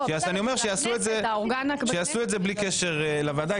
אני אומר, שיעשו את זה בלי קשר לוועדה.